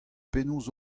penaos